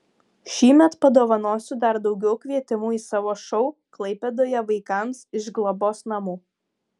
šįmet padovanosiu dar daugiau kvietimų į savo šou klaipėdoje vaikams iš globos namų